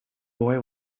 boy